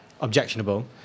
objectionable